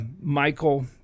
Michael